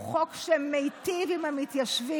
הוא חוק שמיטיב עם המתיישבים.